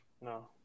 No